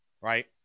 right